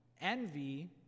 Envy